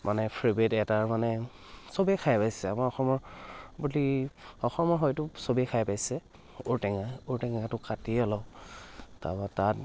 মানে ফেবৰেট এটা মানে চবেই খাই পাইছে আমাৰ অসমৰ বুলি অসমৰ হয়তো চবেই খাই পাইছে ঔটেঙা ঔটেঙাটো কাটি অলপ তাৱা তাত